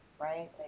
right